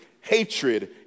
Hatred